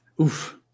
Oof